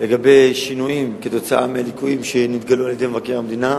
לגבי שינויים עקב הליקויים שנתגלו על-ידי מבקר המדינה,